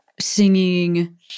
singing